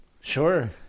Sure